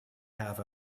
have